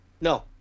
No